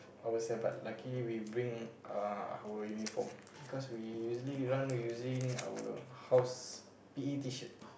ourself but luckily we bring uh our uniform because we usually run using our house p_e t-shirt